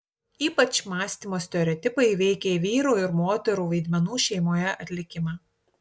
ypač mąstymo stereotipai veikė vyrų ir moterų vaidmenų šeimoje atlikimą